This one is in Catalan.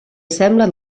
assembla